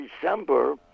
December